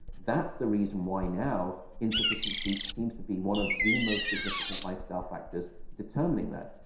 that's the reason why now insufficient sleep seems to be one of the most significant lifestyle factors determining that.